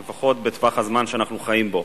לפחות בטווח הזמן שאנחנו חיים בו.